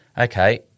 okay